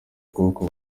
akaboko